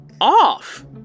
off